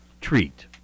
treat